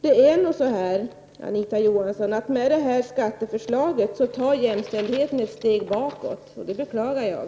I och med detta skatteförslag tar nog jämställdheten ett steg bakåt, Anita Johansson, och det beklagar jag.